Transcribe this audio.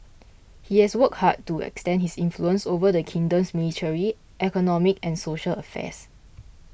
he has worked hard to extend his influence over the kingdom's military economic and social affairs